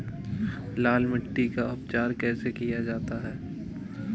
लाल मिट्टी का उपचार कैसे किया जाता है?